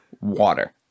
water